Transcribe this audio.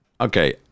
okay